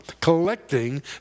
Collecting